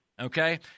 okay